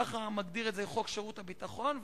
כך מגדיר זאת חוק שירות הביטחון.